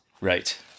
Right